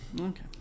Okay